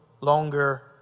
longer